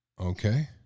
Okay